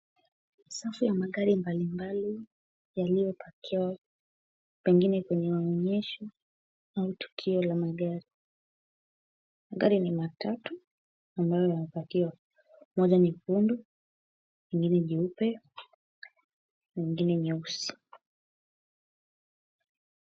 Safu ya magari mbalimbali yaliyopakiwa pengine kwenye maonyesho au tukio la magari. Magari ni matatu ambayo yamepakiwa, moja nyekundu, iingine jeupe ingine nyeusi.